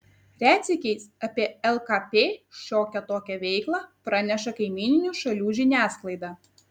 retsykiais apie lkp šiokią tokią veiklą praneša kaimyninių šalių žiniasklaida